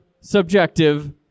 Subjective